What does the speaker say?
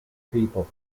people